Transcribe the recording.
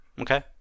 Okay